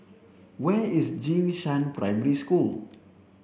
where is Jing Shan Primary School